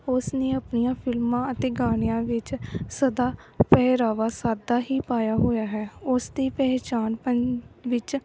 ਉਸ ਨੇ ਆਪਣੀਆਂ ਫਿਲਮਾਂ ਅਤੇ ਗਾਣਿਆਂ ਵਿੱਚ ਸਦਾ ਪਹਿਰਾਵਾ ਸਾਦਾ ਹੀ ਪਾਇਆ ਹੋਇਆ ਹੈ ਉਸ ਦੀ ਪਹਿਚਾਣ ਪੰਨ ਵਿੱਚ